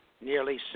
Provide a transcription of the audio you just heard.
Nearly